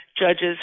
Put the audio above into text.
judges